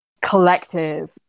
collective